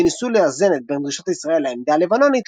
שניסו לאזן בין דרישות ישראל לעמדה הלבנונית,